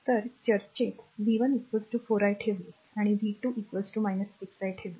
तर चर्चेत v 1 4 i ठेवले आणि v 2 6 i ठेवले